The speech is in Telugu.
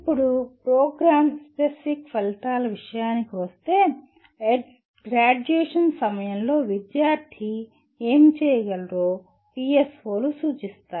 ఇప్పుడు ప్రోగ్రామ్ స్పెసిఫిక్ ఫలితాల విషయానికి వస్తే గ్రాడ్యుయేషన్ సమయంలో విద్యార్థి ఏమి చేయగలరో పిఎస్ఓలు సూచిస్తాయి